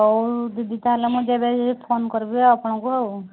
ହଉ ଦିଦି ତା'ହେଲେ ମୁଁ ଯେବେ ଇଏ ଫୋନ କରିବି ଆଉ ଆପଣଙ୍କୁ ଆଉ